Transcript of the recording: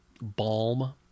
balm